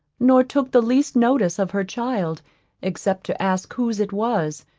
nor took the least notice of her child except to ask whose it was,